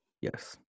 Yes